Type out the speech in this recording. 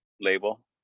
label